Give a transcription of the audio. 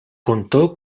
contó